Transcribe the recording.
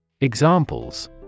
Examples